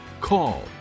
call